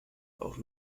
auch